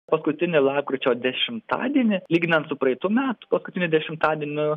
paskutinį lapkričio dešimtadienį lyginant su praeitų metų paskutiniu dešimtadieniu